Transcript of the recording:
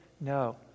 no